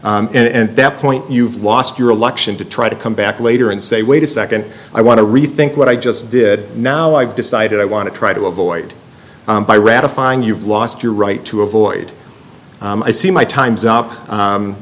ratifying and that point you've lost your election to try to come back later and say wait a second i want to rethink what i just did now i've decided i want to try to avoid by ratifying you've lost your right to avoid i see my time's up